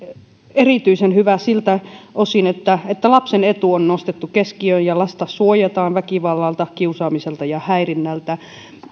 erityisen hyvä siltä osin että että lapsen etu on nostettu keskiöön ja lasta suojataan väkivallalta kiusaamiselta ja häirinnältä